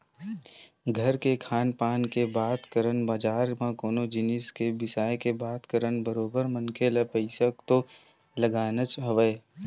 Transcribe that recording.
घर के खान पान के बात करन बजार म कोनो जिनिस के बिसाय के बात करन बरोबर मनखे ल पइसा तो लगानाच हवय